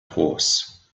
horse